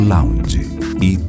Lounge